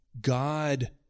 God